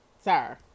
Sir